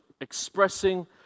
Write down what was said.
expressing